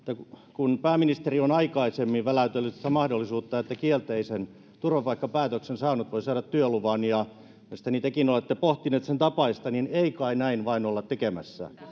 kun pääministeri on aikaisemmin väläytellyt sitä mahdollisuutta että kielteisen turvapaikkapäätöksen saanut voi saada työluvan ja tekin olette pohtinut sen tapaista niin ei kai näin vain olla tekemässä